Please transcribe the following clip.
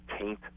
taint